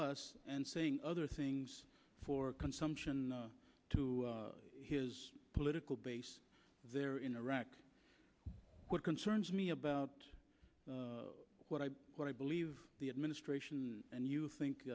us and saying other things for consumption to his political base there in iraq what concerns me about what i what i believe the administration and you think